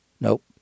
Nope